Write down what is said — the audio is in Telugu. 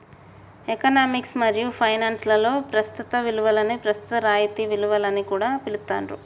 ఎకనామిక్స్ మరియు ఫైనాన్స్ లలో ప్రస్తుత విలువని ప్రస్తుత రాయితీ విలువ అని కూడా పిలుత్తాండ్రు